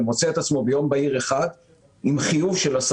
ועלול למצוא את עצמו ביום בהיר אחד עם חיוב של 10